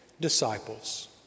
disciples